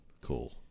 Cool